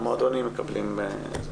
המועדונים מקבלים.